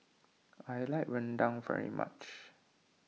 I like Rendang very much